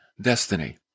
destiny